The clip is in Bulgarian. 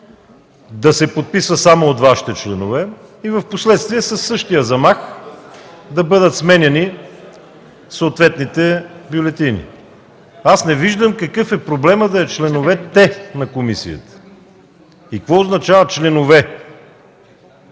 да се подписва само от Вашите членове и впоследствие със същия замах да бъдат сменяни съответните бюлетини. Не виждам какъв е проблемът да е „членовете на комисията”. Какво означава „членове”?